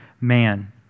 Man